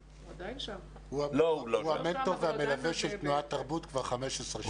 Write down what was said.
הוא המנטור והמלווה של תנועת תרבות כבר 15 שנה.